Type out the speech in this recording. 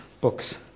books